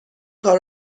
کار